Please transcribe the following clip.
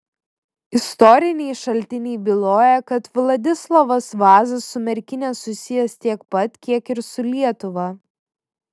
istoriniai šaltiniai byloja kad vladislovas vaza su merkine susijęs tiek pat kiek ir su lietuva